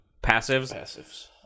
Passives